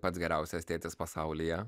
pats geriausias tėtis pasaulyje